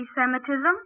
anti-Semitism